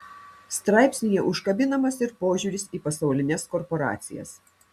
straipsnyje užkabinamas ir požiūris į pasaulines korporacijas